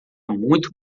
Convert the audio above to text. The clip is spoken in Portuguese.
muito